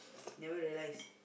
never realise